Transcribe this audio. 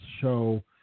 show